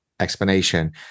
explanation